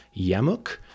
Yamuk